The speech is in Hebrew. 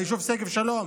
ביישוב שגב שלום.